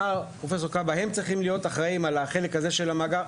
הם צריכים להיות אחראים על החלק הזה של המאגר,